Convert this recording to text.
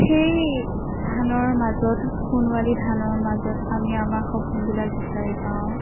সেই ধানৰ মাজত সোণোৱালী ধানৰ মাজত আমি আমাৰ সপোনবিলাক বিচাৰি পাওঁ